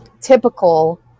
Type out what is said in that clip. typical